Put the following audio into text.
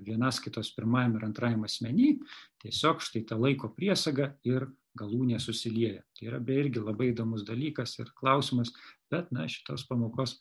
vienas kitos pirmajam ir antrajam asmeny tiesiog štai ta laiko priesaga ir galūnė susilieja tai yra beje irgi labai įdomus dalykas ir klausimas bet na šitos pamokos